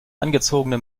angezogene